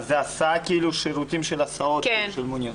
זה שירותים של הסעות של מוניות?